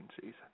season